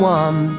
one